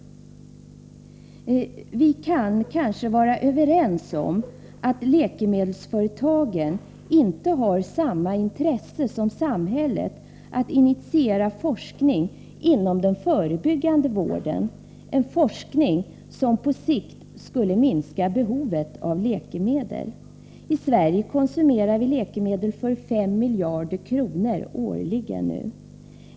Vi kan nog vara överens om att läkemedelsföretagen inte har samma intresse som samhället att initiera forskning inom den förebyggande vården, en forskning som på sikt skulle minska behovet av läkemedel. I Sverige konsumerar vi f. n. läkemedel för 5 miljarder kronor per år.